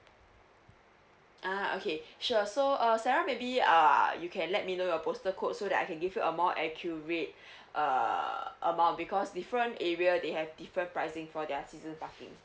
ah okay sure so uh sarah maybe err you can let me know your postal code so that I can give you a more accurate err amount because different area they have different pricing for their season parking